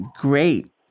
Great